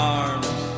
arms